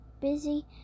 busy